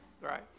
right